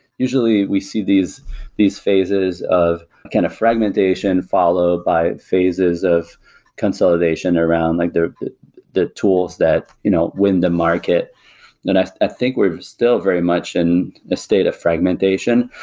usually, we see these these phases of kind of fragmentation followed by phases of consolidation around like the the tools that you know win the market and i ah think we're still very much in a state of fragmentation.